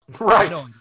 Right